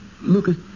Lucas